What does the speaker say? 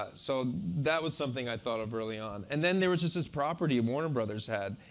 ah so that was something i thought of early on. and then there was just this property um warner brothers had.